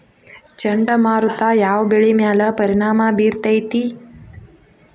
ಚಂಡಮಾರುತ ಯಾವ್ ಬೆಳಿ ಮ್ಯಾಲ್ ಪರಿಣಾಮ ಬಿರತೇತಿ?